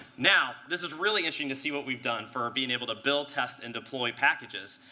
now, this is really inching to see what we've done for our being able to build, test, and deploy packages.